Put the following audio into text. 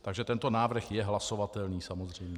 Takže tento návrh je hlasovatelný, samozřejmě.